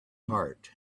heart